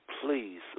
please